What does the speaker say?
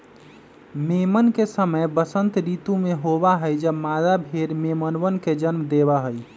मेमन के समय वसंत ऋतु में होबा हई जब मादा भेड़ मेमनवन के जन्म देवा हई